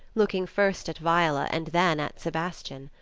looking first at viola, and then at sebastian.